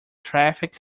traffic